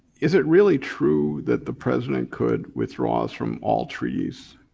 is it really true that the president could withdraw us from all treaties